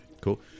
Cool